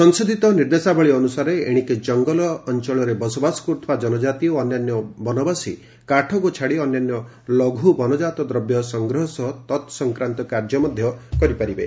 ସଂଶୋଧିତ ନିର୍ଦ୍ଦେଶାବଳୀ ଅନୁସାରେ ଏଣିକି ଜଙ୍ଗଲ ଅଅଳରେ ବସବାସ କରୁଥିବା ଜନକାତି ଓ ଅନ୍ୟାନ୍ୟ ବନବାସୀ କାଠକୁ ଛାଡ଼ି ଅନ୍ୟାନ୍ୟ ଲଘୁ ବନକାତ ଦୂବ୍ୟ ସଂଗ୍ରହ ସହ ତତସଂକ୍ରାନ୍ତ କାର୍ଯ୍ୟ କରିପାରିବେ